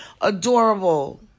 Adorable